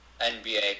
NBA